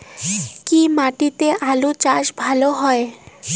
কি মাটিতে আলু চাষ ভালো হয়?